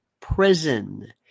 prison